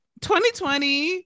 2020